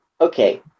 okay